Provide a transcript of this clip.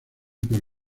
por